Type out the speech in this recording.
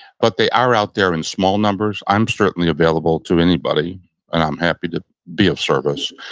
but they are out there in small numbers. i'm certainly available to anybody and i'm happy to be of service.